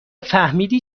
فهمیدی